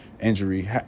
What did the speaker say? injury